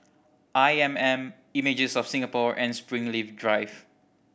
I M M Images of Singapore and Springleaf Drive